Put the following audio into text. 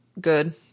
good